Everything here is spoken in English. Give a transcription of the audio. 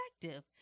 perspective